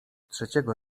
trzeciego